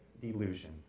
delusion